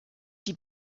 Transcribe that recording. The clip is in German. die